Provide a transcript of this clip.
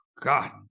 God